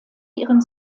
ihren